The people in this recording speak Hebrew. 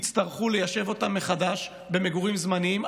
יצטרכו ליישב אותם מחדש במגורים זמניים.